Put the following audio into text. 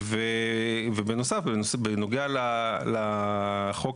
בנוסף, בנוגע לחוק